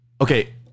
Okay